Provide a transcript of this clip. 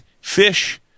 fish